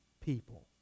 people